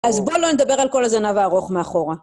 אז בוא לא נדבר על כל הזנב הארוך מאחורה.